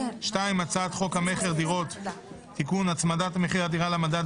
2.הצעת חוק המכר (דירות) (תיקון - הצמדת מחיר הדירה למדד),